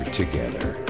together